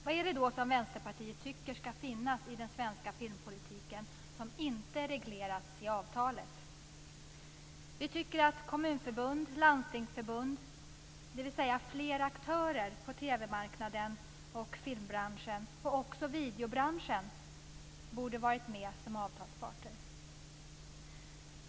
Vad är det då som Vänsterpartiet tycker ska finnas i den svenska filmpolitiken som inte reglerats i avtalet? Vi tycker att kommunförbund och landstingsförbund, dvs. fler aktörer på TV-marknaden och inom film och videobranschen, borde varit med som avtalsparter.